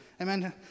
Amen